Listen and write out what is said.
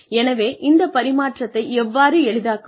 எனவே இந்த பரிமாற்றத்தை எவ்வாறு எளிதாக்குவது